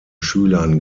schülern